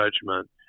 judgment